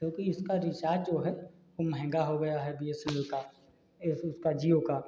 क्योंकि इसका रीचार्ज जो है वह महँगा हो गया है बी एस एन एल का एस उसका जिओ का